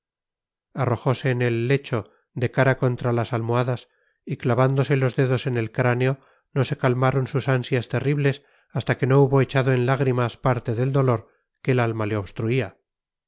arrojose en el lecho de cara contra las almohadas y clavándose los dedos en el cráneo no se calmaron sus ansias terribles hasta que no hubo echado en lágrimas parte del dolor que el alma le obstruía